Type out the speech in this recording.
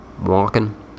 walking